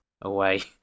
away